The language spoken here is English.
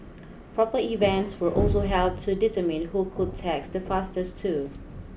proper events were also held to determine who could text the fastest too